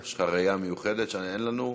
יש לך ראייה מיוחדת שאין לנו,